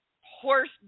horse